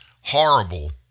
horrible